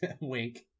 Wink